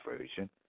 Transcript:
version